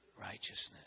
righteousness